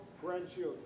grandchildren